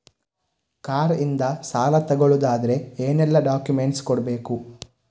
Car ಇಂದ ಸಾಲ ತಗೊಳುದಾದ್ರೆ ಏನೆಲ್ಲ ಡಾಕ್ಯುಮೆಂಟ್ಸ್ ಕೊಡ್ಬೇಕು?